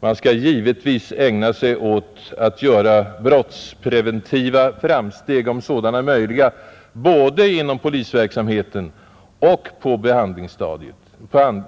Man skall givetvis ägna sig åt att göra brottspreventiva framsteg, så långt sådana är möjliga, både inom polisverksamheten och på